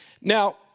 Now